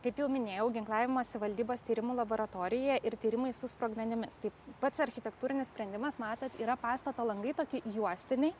kaip jau minėjau ginklavimosi valdybos tyrimų laboratorija ir tyrimai su sprogmenimis tai pats architektūrinis sprendimas matot yra pastato langai tokie juostiniai